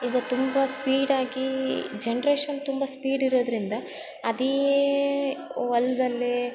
ಈಗ ತುಂಬ ಸ್ಪೀಡಾಗಿ ಜನ್ರೇಶನ್ ತುಂಬ ಸ್ಪೀಡ್ ಇರೋದರಿಂದ ಅದೇ ಹೊಲ್ದಲ್ಲೇ